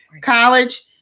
College